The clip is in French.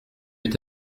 est